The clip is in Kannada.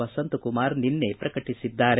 ವಸಂತಕುಮಾರ್ ನಿನ್ನೆ ಪ್ರಕಟಿಸಿದ್ದಾರೆ